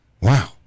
Wow